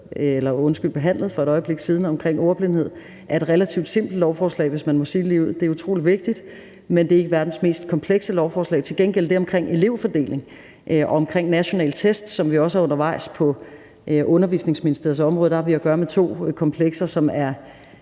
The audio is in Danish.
lige har behandlet for et øjeblik siden, omkring ordblindhed er et relativt simpelt lovforslag, hvis man må sige det ligeud. Det er utrolig vigtigt, men det er ikke verdens mest komplekse lovforslag. Til gengæld har vi med forslaget omkring elevfordeling og det omkring nationale test, som vi også har undervejs på Børne- og Undervisningsministeriets område, at gøre med to komplekser, som er